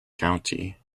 county